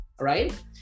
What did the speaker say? right